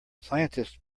scientists